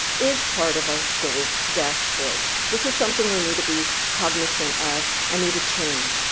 is part of our school's dashboards. this is something we need to be cognizant of and need a change,